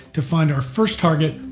to find our first target,